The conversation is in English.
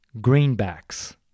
greenbacks